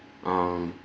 um